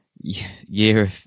year